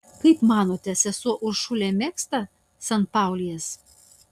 kaip matote sesuo uršulė mėgsta sanpaulijas